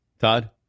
Todd